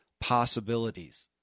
possibilities